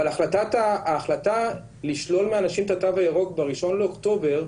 אבל ההחלטה לשלול מאנשים את התו הירוק ב-1 באוקטובר,